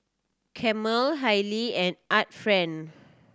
Camel Haylee and Art Friend